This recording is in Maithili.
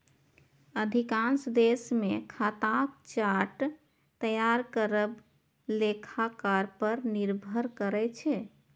अधिकांश देश मे खाताक चार्ट तैयार करब लेखाकार पर निर्भर करै छै